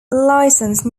license